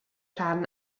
rhan